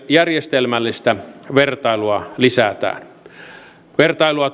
järjestelmällistä vertailua lisätään vertailua